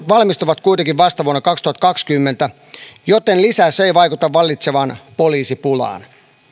valmistuvat kuitenkin vasta vuonna kaksituhattakaksikymmentä joten lisäys ei vaikuta vallitsevaan poliisipulaan